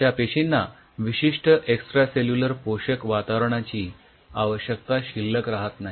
अश्या पेशींना विशिष्ठ एक्सट्रासेल्युलर पोषक वातावरणाची आवश्यकता शिल्लक राहत नाही